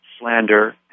slander